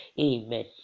Amen